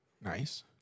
Nice